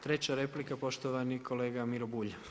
Treća replika poštovani kolega Miro Bulj.